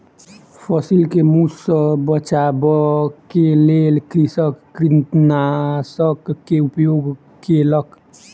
फसिल के मूस सॅ बचाबअ के लेल कृषक कृंतकनाशक के उपयोग केलक